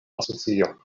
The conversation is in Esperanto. asocio